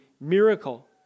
miracle